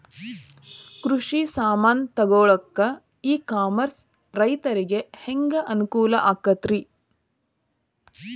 ಕೃಷಿ ಸಾಮಾನ್ ತಗೊಳಕ್ಕ ಇ ಕಾಮರ್ಸ್ ರೈತರಿಗೆ ಹ್ಯಾಂಗ್ ಅನುಕೂಲ ಆಕ್ಕೈತ್ರಿ?